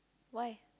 why